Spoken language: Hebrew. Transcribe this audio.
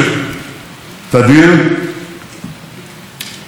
וישיר עם נשיא רוסיה ולדימיר פוטין.